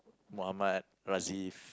Muhammad Rasif